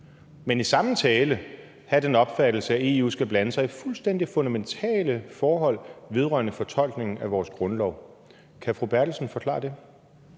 Men i samme tale har man den opfattelse, at EU skal blande sig i fuldstændig fundamentale forhold vedrørende fortolkningen af vores grundlov. Kan fru Anne Valentina Berthelsen forklare det?